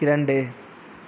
இரண்டு